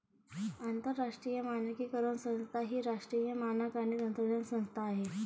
आंतरराष्ट्रीय मानकीकरण संस्था ही राष्ट्रीय मानक आणि तंत्रज्ञान संस्था आहे